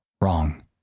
Wrong